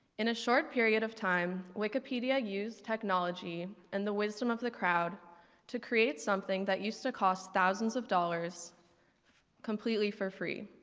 in a short period of time, wikipedia use technology and the wisdom of the crowd to create something that used to cost thousands of dollars completely for free.